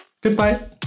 Goodbye